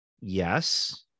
yes